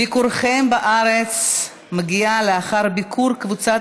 ביקורכם בארץ מגיע לאחר ביקור קבוצת